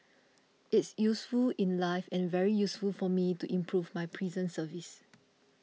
it's useful in life and very useful for me to improve my prison service